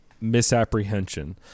misapprehension